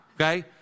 Okay